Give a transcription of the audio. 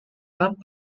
camp